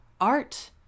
art